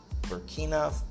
Burkina